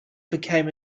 became